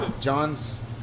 John's